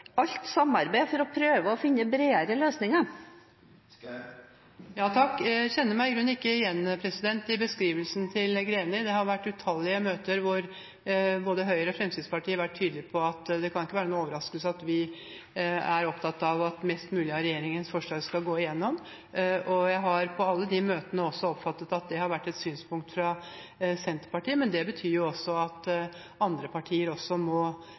alt samarbeid for å prøve å finne bredere løsninger. Jeg kjenner meg i grunnen ikke igjen i beskrivelsen til Greni. Det har vært utallige møter hvor både Høyre og Fremskrittspartiet har vært tydelige på – det kan ikke være noen overraskelse – at vi er opptatt av at flest mulig av regjeringens forslag skal gå igjennom, og jeg har på alle de møtene også oppfattet at det har vært et synspunkt fra Senterpartiet. Men det betyr at andre partier også må